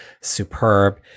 superb